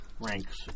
ranks